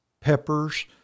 peppers